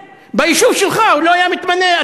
ביישוב שלך הוא לא היה מתמנה.